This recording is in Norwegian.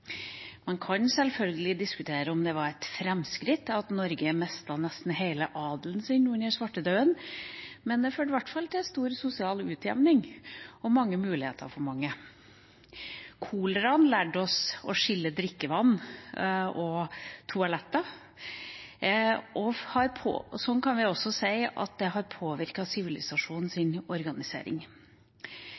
Man kan selvfølgelig diskutere om det var et framskritt at Norge mistet nesten hele adelen sin under svartedauden, men det førte i hvert fall til stor sosial utjevning og flere muligheter for mange. Koleraen lærte oss å skille drikkevann og toaletter, og sånn kan vi også si at det har påvirket sivilisasjonens organisering.